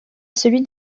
celui